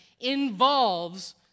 involves